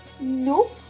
Nope